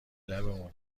لبمون